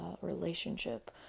relationship